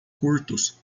curtos